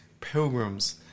pilgrims